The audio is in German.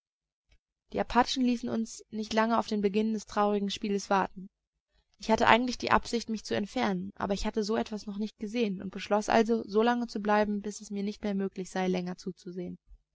die apachen ließen uns nicht lange auf den beginn des traurigen spieles warten ich hatte eigentlich die absicht mich zu entfernen aber ich hatte so etwas noch nicht gesehen und beschloß also so lange zu bleiben bis es mir nicht mehr möglich sei länger zuzusehen